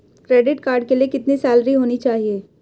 Credit card के लिए कितनी सैलरी होनी चाहिए?